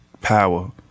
power